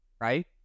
Right